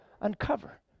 Uncover